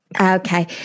Okay